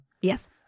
yes